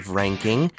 ranking